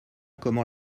comment